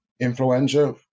influenza